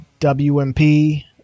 WMP